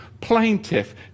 Plaintiff